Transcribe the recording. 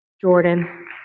Jordan